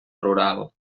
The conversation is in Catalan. rural